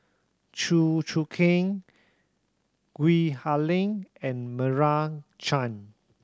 Chew Choo Keng Gwee Ha Leng and Meira Chand